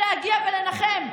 להגיע ולנחם.